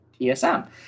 TSM